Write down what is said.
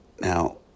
Now